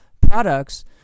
products